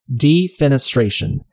Defenestration